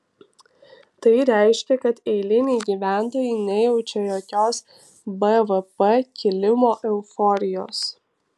tai reiškia kad eiliniai gyventojai nejaučia jokios bvp kilimo euforijos